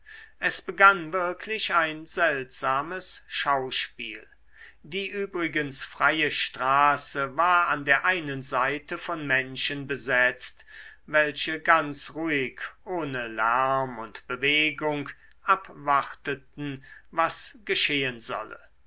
es begann wirklich ein seltsames schauspiel die übrigens freie straße war an der einen seite von menschen besetzt welche ganz ruhig ohne lärm und bewegung abwarteten was geschehen solle